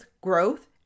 growth